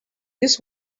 this